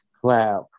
clap